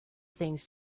things